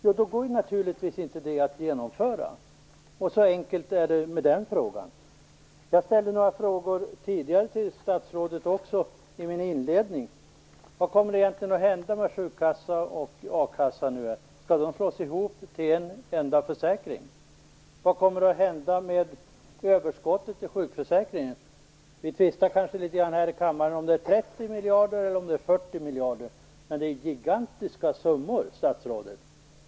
Jo, då går det naturligtvis inte att genomföra. Så enkelt är det. Jag ställde några frågor till statsrådet i min inledning. Vad kommer egentligen att hända med sjukkassa och a-kassa? Skall de slås ihop till en enda försäkring? Vad kommer att hända med överskottet i sjukförsäkringen? Vi tvistar här i kammaren om huruvida det är 30 eller 40 miljarder, men det är i varje fall gigantiska summor, statsrådet.